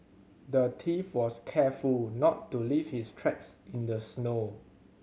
the thief was careful not to leave his tracks in the snow